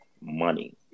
money